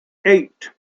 eight